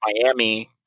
Miami